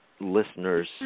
listeners